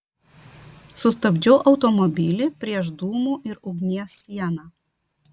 sustabdžiau automobilį prieš dūmų ir ugnies sieną